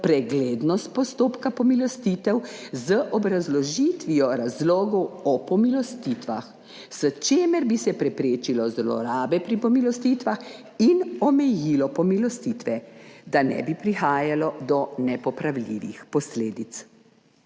preglednost postopka pomilostitev, z obrazložitvijo razlogov o pomilostitvah, s čimer bi se preprečilo zlorabe pri pomilostitvah in omejilo pomilostitve, da ne bi prihajalo do nepopravljivih posledic.